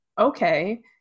okay